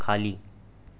खाली